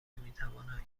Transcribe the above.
میتوانند